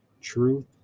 truth